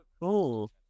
cool